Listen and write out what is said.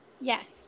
Yes